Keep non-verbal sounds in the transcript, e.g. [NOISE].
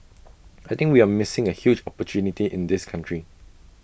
[NOISE] I think we're missing A huge opportunity in this country